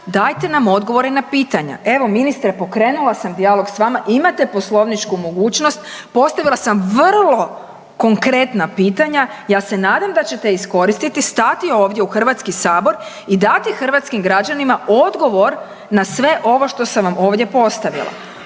dajte nam odluke na pitanja. Evo ministre pokrenula sam dijalog s vama, imate poslovničku mogućnost, postavila sam vrlo konkretna pitanja, ja se nadam da ćete iskoristiti, stati ovdje u Hrvatski sabor i dati hrvatskim građanima odgovor na sve ovo što sam vam ovdje postavila.